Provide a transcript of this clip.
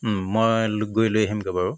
মই লো গৈ লৈ আহিমগৈ বাৰু